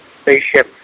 spaceship